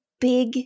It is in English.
big